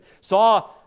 saw